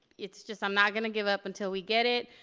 it's just, i'm not gonna give up until we get it.